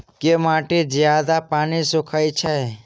केँ माटि जियादा पानि सोखय छै?